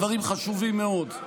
דברים חשובים מאוד.